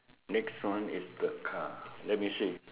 next one is the car let me see